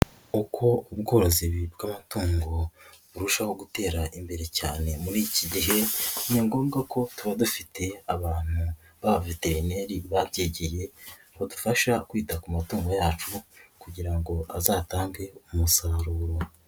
Uko ubworozi bw'amatungo burushaho gutera imbere cyane muri iki gihe, ni ngombwa ko tuba dufite abantu b'abaveterineri babyigiye badufasha kwita ku matungo yacu kugira ngo azatange umusaruro.